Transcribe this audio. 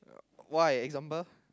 why example